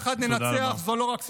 "יחד ננצח" זה לא רק סיסמה,